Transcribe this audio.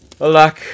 Alack